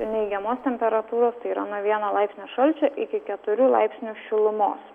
neigiamos temperatūros tai yra nuo vieno laipsnio šalčio iki keturių laipsnių šilumos